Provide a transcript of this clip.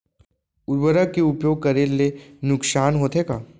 उर्वरक के उपयोग करे ले नुकसान होथे का?